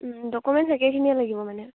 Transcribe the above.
documents একেখিনিয়েই লাগিব মানে